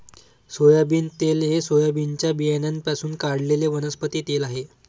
soybean तेल हे सोयाबीनच्या बियाण्यांपासून काढलेले वनस्पती तेल आहे